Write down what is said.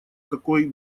какой